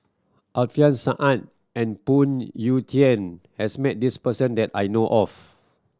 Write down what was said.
Alfian Sa'at and Phoon Yew Tien has met this person that I know of